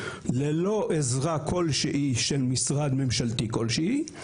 ללא עזרה כלשהי של משרד ממשלתי כלשהי.